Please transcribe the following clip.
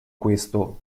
questo